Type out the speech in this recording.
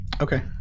Okay